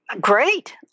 great